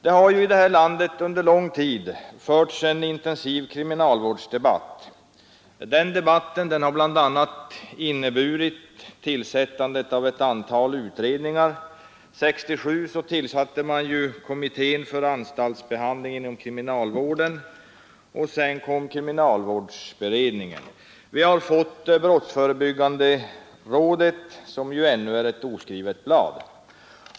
Det har ju i det här landet under lång tid förts en intensiv kriminalvårdsdebatt. Den debatten har bl.a. inneburit tillsättandet av ett antal utredningar. 1967 tillsattes kommittén för anstaltsbehandling inom kriminalvården, och sedan kom kriminalvårdsberedningen. Vi har fått brottsförebyggande rådet som ännu är ett oskrivet blad.